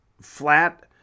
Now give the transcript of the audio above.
flat